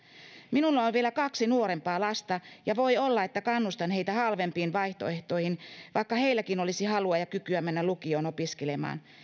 minulla on vielä kaksi nuorempaa lasta ja voi olla että kannustan heitä halvempiin vaihtoehtoihin vaikka heilläkin olisi halua ja kykyä mennä lukioon opiskelemaan